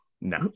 no